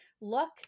look